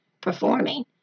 performing